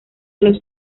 los